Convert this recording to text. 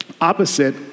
opposite